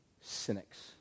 Cynics